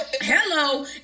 hello